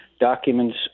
Documents